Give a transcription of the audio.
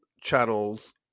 channels